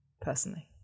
personally